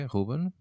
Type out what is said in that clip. Ruben